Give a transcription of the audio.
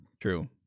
True